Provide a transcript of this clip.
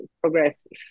progressive